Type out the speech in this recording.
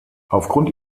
aufgrund